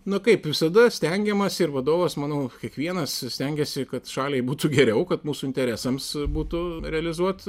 na kaip visada stengiamasi ir vadovas manau kiekvienas stengiasi kad šaliai būtų geriau kad mūsų interesams būtų realizuot